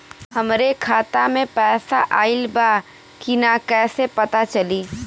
हमरे खाता में पैसा ऑइल बा कि ना कैसे पता चली?